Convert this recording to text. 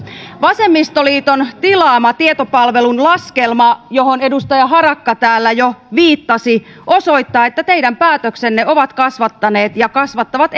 vasemmistoliiton tilaama tietopalvelun laskelma johon edustaja harakka täällä jo viittasi osoittaa että teidän päätöksenne ovat kasvattaneet ja kasvattavat